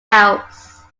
house